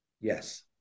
Yes